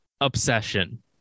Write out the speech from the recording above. obsession